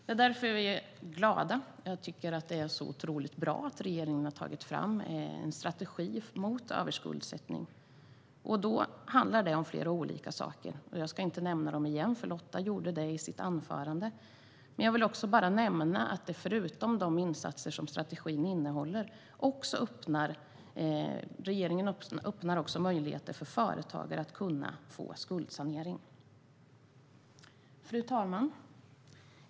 Vi är därför glada, och jag tycker att det är otroligt bra att regeringen har tagit fram en strategi mot överskuldsättning. Det handlar om flera olika saker. Jag ska inte räkna upp dem igen - det gjorde Lotta i sitt anförande - men jag vill nämna att regeringen förutom de insatser strategin innehåller också öppnar möjligheten för företag att få skuldsanering. Fru talman!